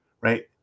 right